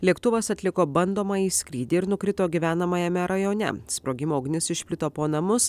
lėktuvas atliko bandomąjį skrydį ir nukrito gyvenamajame rajone sprogimo ugnis išplito po namus